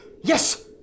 Yes